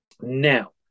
Now